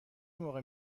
موقع